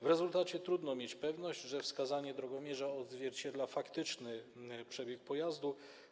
W rezultacie trudno mieć pewność, że wskazanie drogomierza odzwierciedla faktyczny przebieg pojazdu.